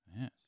Yes